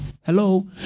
Hello